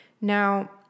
Now